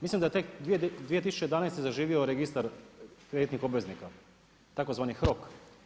Mislim da je tek 2011. zaživio Registar kreditnih obveznika, tzv. HROK.